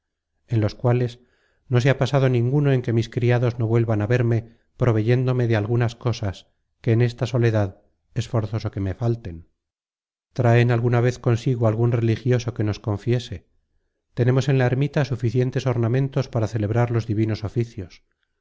en los cuales no se ha pasado ninguno en que mis criados no vuelvan á verme proveyéndome de algunas cosas que en esta soledad es forzoso que me falten traen alguna vez consigo algun religioso que nos confiese tenemos en la ermita suficientes ornamentos para celebrar los